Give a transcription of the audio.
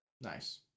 Nice